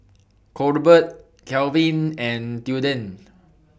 Colbert Calvin and Tilden